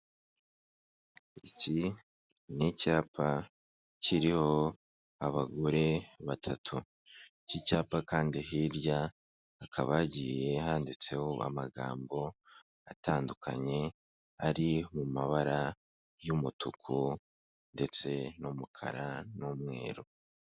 Iki ni icyapa kiriho abagore batatu, iki cyapa kandi hirya hakaba hagiye handitseho amagambo atandukanye, ari mu mabara y'umutuku ndetse n'umukara n'umweru.